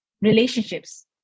relationships